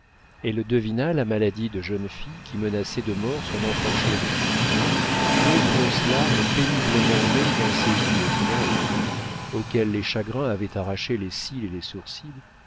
elle devina la maladie de jeune fille qui menaçait de mort son enfant chéri deux grosses larmes péniblement nées dans ses yeux blancs et gris auxquels les chagrins avaient arraché les cils et les sourcils